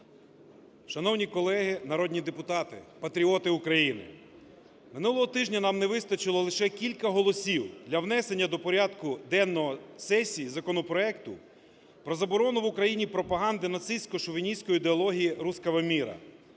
Шановні колеги народні депутати, патріоти України, минулого тижня нам не вистачило лише кілька голосів для внесення до порядку денного сесії законопроекту про заборону в Україні пропаганди нацисько-шовіністської ідеології "русского мира",